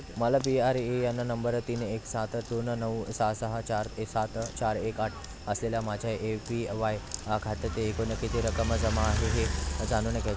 मला P R A N number तीन एक सात दोन नऊ सहा सहा चार सात चार एक आठ असलेल्या माझ्या ए पी वाय खात्यातील एकूण किती रक्कम जमा आहे हे जाणून घ्या